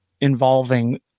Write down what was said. involving